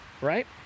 right